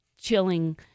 chilling